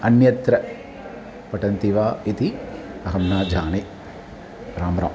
अन्यत्र पठन्ति वा इति अहं न जाने राम राम